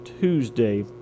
Tuesday